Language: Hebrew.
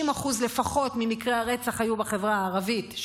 60% לפחות ממקרי הרצח היו בחברה הערבית,